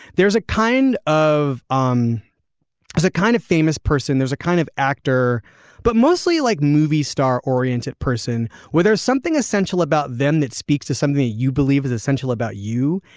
there's a kind of um a kind of famous person there's a kind of actor but mostly like movie star oriented person where there's something essential about them that speaks to somebody you believe is essential about you.